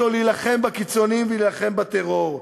צריך להילחם בקיצוניים ולהילחם בטרור.